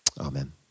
Amen